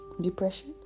depression